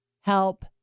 help